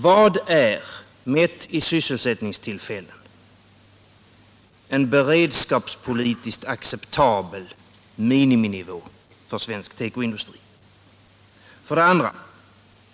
Vad är, mätt i sysselsättningstillfällen, en beredskapspolitiskt acceptabel miniminivå för svensk tekoindustri? 2.